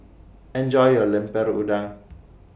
Enjoy your Lemper Udang